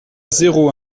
zéro